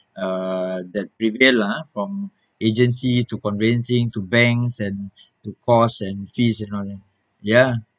uh that prevail lah ah from agency to conveyancing to banks and to cost and fees and all that ya